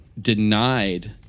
denied